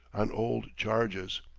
on old charges.